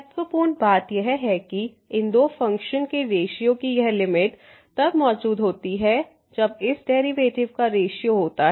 महत्वपूर्ण बात यह है कि इन दो फ़ंक्शन के रेश्यो की यह लिमिट तब मौजूद होती है जब इस डेरिवेटिव का रेश्यो होता है